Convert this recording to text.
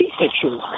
pictures